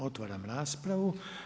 Otvaram raspravu.